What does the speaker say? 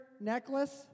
necklace